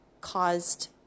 caused